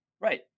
Right